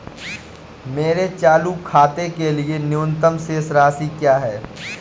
मेरे चालू खाते के लिए न्यूनतम शेष राशि क्या है?